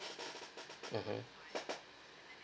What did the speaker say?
mmhmm